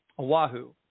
Oahu